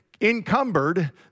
encumbered